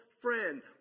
friend